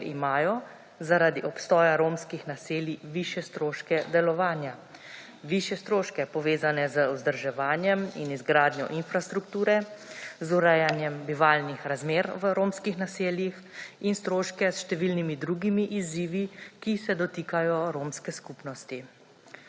ker imajo zaradi obstoja romskih naselij, višje stroške delovanja. Višje stroške, povezane z vzdrževanjem in izgradnjo infrastrukture, z urejanjem bivalnih razmer v romskih naseljih in stroške s številnimi drugimi izzivi, ki se dotikajo romske skupnosti.